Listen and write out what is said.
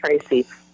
Tracy